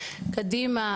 קדימה,